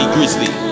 Grizzly